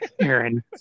Aaron